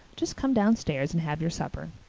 just come downstairs and have your supper.